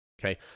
okay